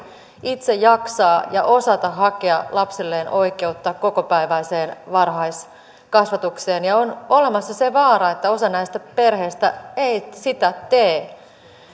itse jaksaa ja osata hakea lapselleen oikeutta kokopäiväiseen varhaiskasvatukseen ja on olemassa se vaara että osa näistä perheistä ei sitä tee